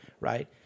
right